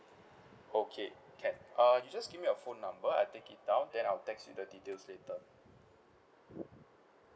okay can uh you just give me your phone number I'll take it down then I'll text you the details later